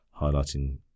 highlighting